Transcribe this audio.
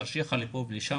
לתרשיחא ומקומות אחרים,